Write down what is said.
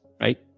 right